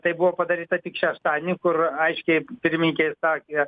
tai buvo padaryta tik šeštadienį kur aiškiai pirmininkė išsakė